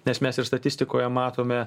nes mes ir statistikoje matome